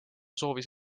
soovis